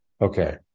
Okay